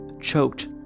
choked